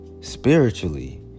spiritually